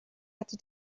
hatte